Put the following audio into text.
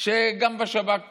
שגם בשב"כ